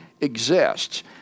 exists